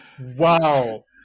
Wow